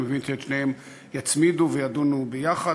אני מבין שאת שתיהן יצמידו וידונו בהן יחד.